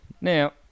Now